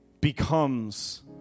becomes